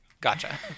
Gotcha